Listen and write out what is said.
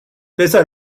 بذار